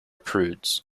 prudes